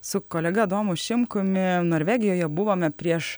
su kolega adomu šimkumi norvegijoje buvome prieš